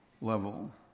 level